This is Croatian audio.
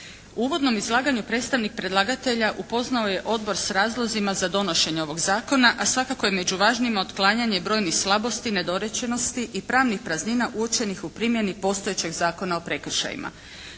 uvodnom izlaganju predstavnik predlagatelja upoznao je odbor s razlozima za donošenje ovog zakona a svakako je među važnijima otklanjanje brojnih slabosti, nedorečenosti i pravnih praznina uočenih u primjeni postojećeg Zakona o prekršajima.